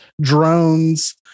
drones